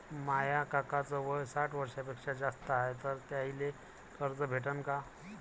माया काकाच वय साठ वर्षांपेक्षा जास्त हाय तर त्याइले कर्ज भेटन का?